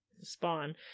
spawn